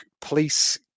police